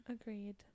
Agreed